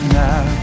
now